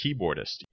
keyboardist